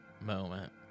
moment